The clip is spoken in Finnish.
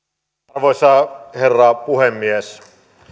arvoisa herra puhemies